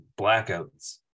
blackouts